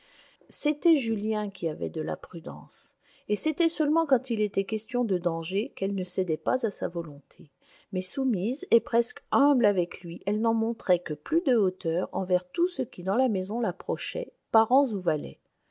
c'était julien qui avait de la prudence et c'était seulement quand il était question de danger qu'elle ne cédait pas à sa volonté mais soumise et presque humble avec lui elle n'en montrait que plus de hauteur envers tout ce qui dans la maison l'approchait parents ou